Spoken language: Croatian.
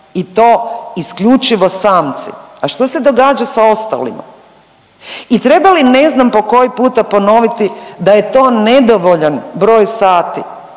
i to isključivo samci. A što se događa sa ostalima? I treba li ne znam po koji puta ponoviti da je to nedovoljan broj sati